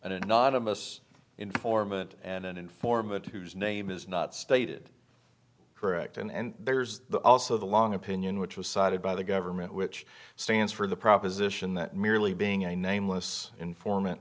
an anonymous informant and an informant whose name is not stated correct and there's also the long opinion which was cited by the government which stands for the proposition that merely being a nameless informant